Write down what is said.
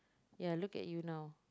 ya look at you now